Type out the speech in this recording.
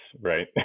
right